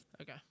Okay